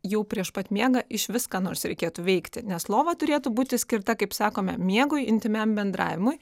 jau prieš pat miegą išvis ką nors reikėtų veikti nes lova turėtų būti skirta kaip sakome miegui intymiam bendravimui